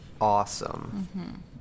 Awesome